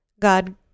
God